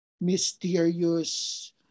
mysterious